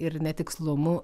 ir netikslumų